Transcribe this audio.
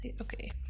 Okay